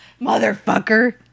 Motherfucker